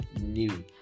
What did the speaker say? new